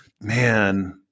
Man